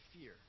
fear